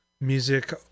music